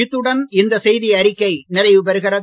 இத்துடன் இந்த செய்தியறிக்கை நிறைவுபெறுகிறது